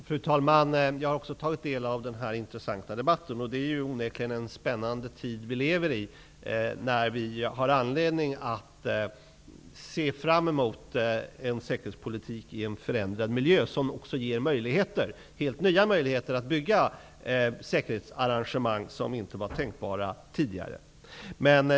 Fru talman! Jag har också tagit del av den här intressanta debatten. Det är onekligen en spännande tid vi lever i. Vi har anledning att se fram emot en säkerhetspolitik i en förändrad miljö som ger helt nya möjligheter att bygga säkerhetsarrangemang som inte var tänkbara tidigare.